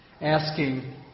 asking